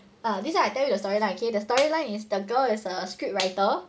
ah this one I tell you the story okay the storyline is the girl is a script writer